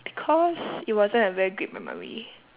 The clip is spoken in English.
because it wasn't a very great memory